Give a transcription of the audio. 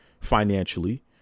financially